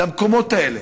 למקומות האלה.